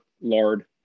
lard